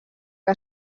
que